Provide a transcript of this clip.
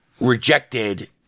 rejected